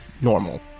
normal